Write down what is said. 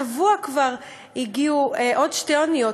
השבוע כבר הגיעו עוד שתי אוניות,